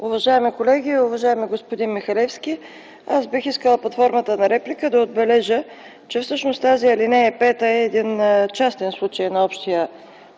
Уважаеми колеги, уважаеми господин Михалевски! Аз бих искала под формата на реплика да отбележа, че всъщност тази ал. 5 е един частен случай на общия